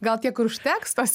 gal tiek ir užteks tos